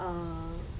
uh